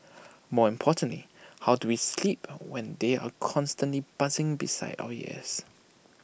more importantly how do we sleep when they are constantly buzzing beside our ears